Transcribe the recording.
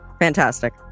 Fantastic